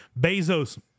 Bezos